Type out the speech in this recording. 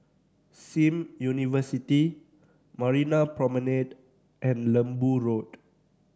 Sim University Marina Promenade and Lembu Road